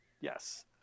Yes